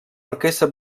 orquestra